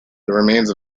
remains